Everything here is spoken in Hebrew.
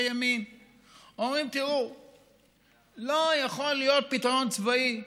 ימין אומרים: לא יכול להיות פתרון צבאי.